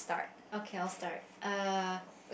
okay I'll start ah